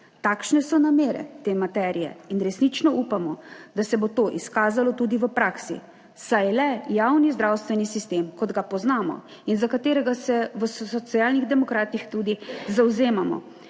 takšne so namere te materije in resnično upamo, da se bo to izkazalo tudi v praksi, saj le javni zdravstveni sistem kot ga poznamo in za katerega se v Socialnih demokratih tudi zavzemamo,